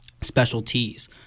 specialties